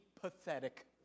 pathetic